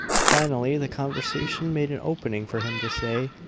finally the conversation made an opening for him to say,